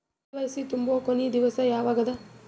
KYC ತುಂಬೊ ಕೊನಿ ದಿವಸ ಯಾವಗದ?